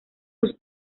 sus